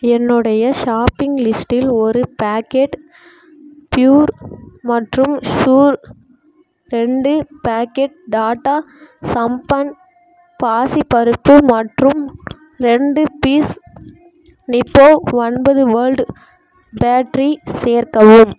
என்னுடைய ஷாப்பிங் லிஸ்டில் ஒரு பேக்கெட் ப்யூர் மற்றும் ஷுயூர் ரெண்டு பேக்கெட் டாட்டா சம்தான் பாசிப்பருப்பு மற்றும் ரெண்டு பீஸ் நிப்போ ஒன்பது வேர்ல்ட் பேட்ரி சேர்க்கவும்